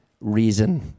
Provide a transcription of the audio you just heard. reason